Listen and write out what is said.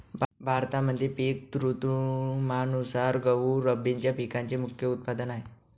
भारतामध्ये पिक ऋतुमानानुसार गहू रब्बीच्या पिकांचे मुख्य उत्पादन आहे